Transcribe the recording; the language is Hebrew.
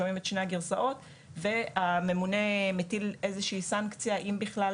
שומעים את שתי הגרסאות והממונה מטיל איזו שהיא סנקציה אם בכלל,